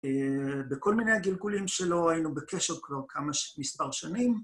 בכל מיני הגלגולים שלו היינו בקשר כבר כמה, מספר שנים.